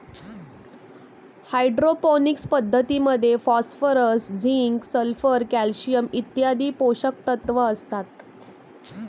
hydroponics पद्धतीमध्ये phosphorus, zinc, sulphur, calcium इत्यादी पोषकतत्व असतात